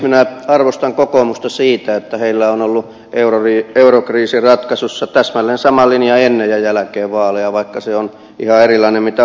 minä arvostan kokoomusta siinä että heillä on ollut eurokriisin ratkaisussa täsmälleen sama linja ennen vaaleja ja vaalien jälkeen vaikka se on ihan erilainen kuin oma linjani